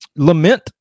Lament